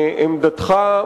לעמדתך,